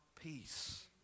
peace